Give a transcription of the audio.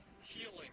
healing